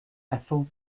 ethel